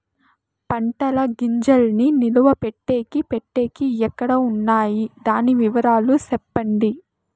పంటల గింజల్ని నిలువ పెట్టేకి పెట్టేకి ఎక్కడ వున్నాయి? దాని వివరాలు సెప్పండి?